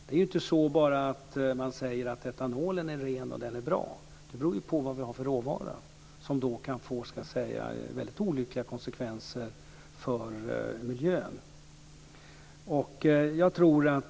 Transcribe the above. Det är ju inte bara så att man säger att etanolen är ren och bra. Det beror på vad vi har för råvara som kan få mycket olyckliga konsekvenser för miljön.